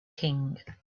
king